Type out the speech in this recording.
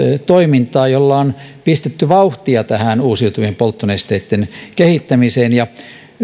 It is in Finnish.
toimintaa jolla on pistetty vauhtia uusiutuvien polttonesteitten kehittämiseen ja